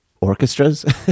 orchestras